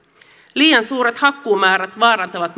liian suuret hakkuumäärät vaarantavat